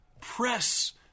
Press